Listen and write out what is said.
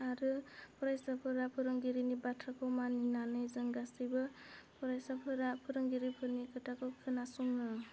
आरो फरायसाफोरा फोरोंगिरिनि बाथ्राखौ मानिनानै जों गासिबो फरायसाफोरा फोरोंगिरिफोरनि खोथाखौ खोनासङो